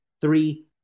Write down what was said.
three